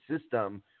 system